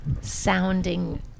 sounding